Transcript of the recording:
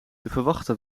verwachte